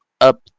up